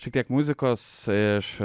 šiek tiek muzikos iš